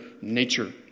nature